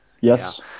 yes